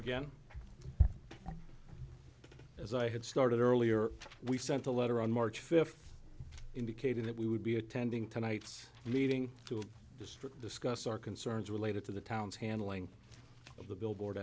again as i had started earlier we sent a letter on march fifth indicating that we would be attending tonight's meeting to just discuss our concerns related to the town's handling of the billboard